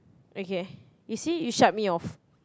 okay you see you shut me off